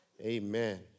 Amen